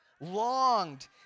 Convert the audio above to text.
longed